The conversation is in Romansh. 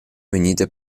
vegnida